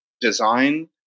design